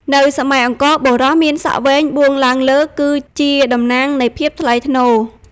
នៅសម័យអង្គរ បុរសមានសក់វែងបួងឡើងលើ គឺជាតំណាងនៃភាពថ្លៃថ្នូរ។